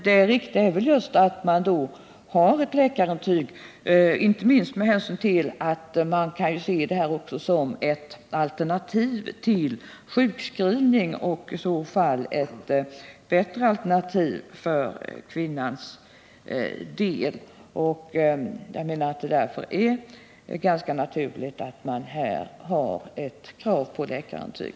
Det riktiga är just att man då har ett läkarintyg, inte minst med hänsyn till att detta kan ses som ett alternativ till sjukskrivning och ett bättre alternativ för kvinnans del. Det är därför ganska naturligt att man här har krav på läkarintyg.